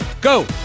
go